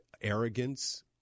arrogance